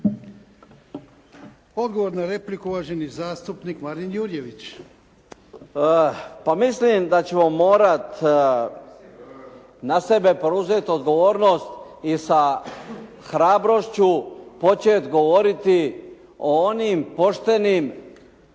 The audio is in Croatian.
Odgovor na repliku uvaženi zastupnik Marin Jurjević. **Jurjević, Marin (SDP)** Pa mislim da ćemo morati na sebe preuzeti odgovornost i sa hrabrošću početi govoriti o onim poštenim